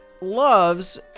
loves